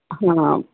ਹਾਂ